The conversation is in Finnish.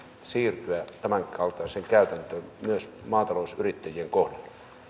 siirtyä tämänkaltaiseen käytäntöön myös maatalousyrittäjien kohdalla